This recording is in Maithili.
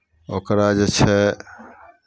ओकरा जे छै